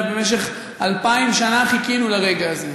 הרי במשך אלפיים שנה חיכינו לרגע הזה.